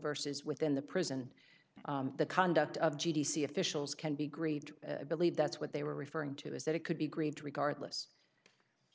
versus within the prison the conduct of g t c officials can be great believe that's what they were referring to is that it could be agreed to regardless